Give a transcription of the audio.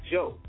Joe